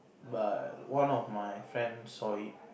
but one of my friend saw it